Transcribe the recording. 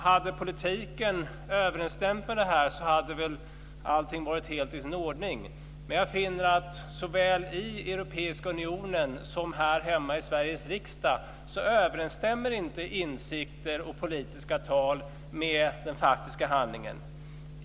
Hade politiken överensstämt med detta hade väl allting varit helt i sin ordning, men jag finner att såväl i Europeiska unionen som här hemma i Sveriges riksdag överensstämmer inte insikter och politiska tal med den faktiska handlingen.